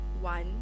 one